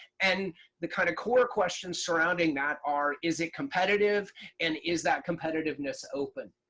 and the kind of core questions surrounding that are is it competitive and is that competitiveness open?